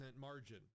margin